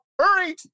Hurry